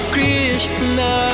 Krishna